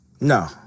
no